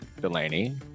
Delaney